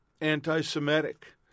anti-Semitic